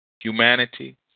humanity